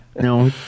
no